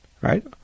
right